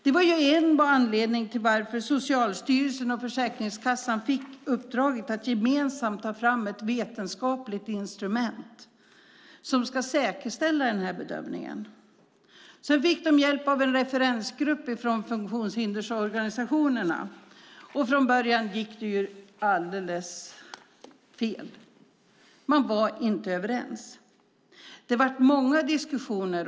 Det var en anledning till att Socialstyrelsen och Försäkringskassan fick uppdraget att gemensamt ta fram ett vetenskapligt instrument som ska säkerställa den här bedömningen. Sedan fick de hjälp av en referensgrupp från funktionshindersorganisationerna. Från början gick det alldeles fel. Man var inte överens. Det var många diskussioner.